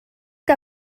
que